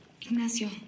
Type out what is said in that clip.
Ignacio